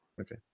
Okay